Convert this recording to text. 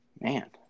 Man